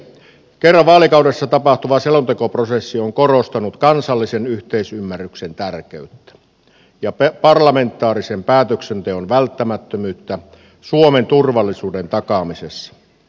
kerran vaalikaudessa tapahtuva selontekoprosessi on korostanut kansallisen yhteisymmärryksen tärkeyttä ja parlamentaarisen päätöksenteon välttämättömyyttä suomen turvallisuuden takaamisessa